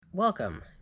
Welcome